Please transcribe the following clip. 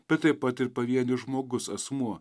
bet taip pat ir pavienis žmogus asmuo